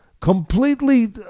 completely